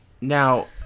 Now